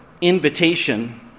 invitation